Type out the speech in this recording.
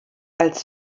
als